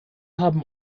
haben